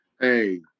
Hey